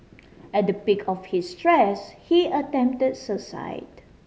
at the peak of his stress he attempt suicide